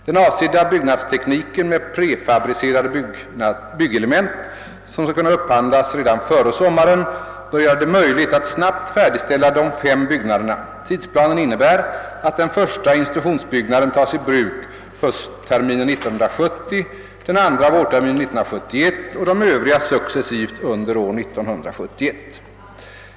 Den avsedda byggnadstekniken med prefabricerade byggnadselement, som skall kunna upphandlas redan före sommaren, bör göra det möjligt att snabbt färdigställa de fem byggnaderna. Tidsplanen innebär att den första institutionsbyggnaden tas i bruk höstterminen 1970, den andra vårterminen 1971 och de övriga successivt under år 1971.